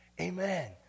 amen